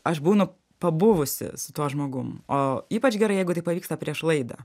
aš būnu pabuvusi su tuo žmogum o ypač gerai jeigu tai pavyksta prieš laidą